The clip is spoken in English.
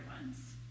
ones